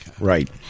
right